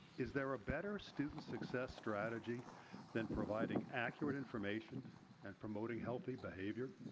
is there a better student success strategy than providing accurate information and promoting healthy behavior?